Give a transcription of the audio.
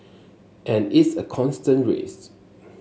and it's a constant race